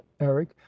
eric